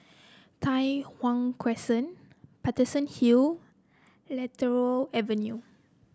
Tai Hwan Crescent Paterson Hill Lentor Avenue